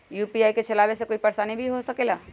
UPI के चलावे मे कोई परेशानी भी हो सकेला?